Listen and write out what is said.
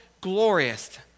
Glorious